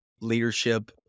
leadership